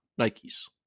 Nikes